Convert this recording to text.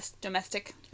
Domestic